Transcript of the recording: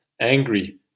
angry